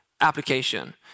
application